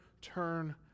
turn